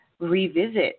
revisit